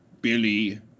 Billy